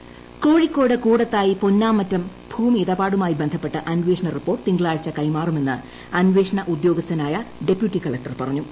Koodathayi report Kozhikode Koodathai Ponnamattom ഭൂമിയിടപാടുമായി ബന്ധപ്പെട്ട് അന്വേഷണ റിപ്പോർട്ട് തിങ്കളാഴ്ച കൈമാറുമെന്ന് അന്വേഷണ ഉദ്യോഗസ്ഥനായ ഡെപ്യൂട്ടി കളക്ടർ പഞ്ഞു